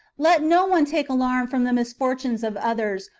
let no one take alarm from the misfortunes of others,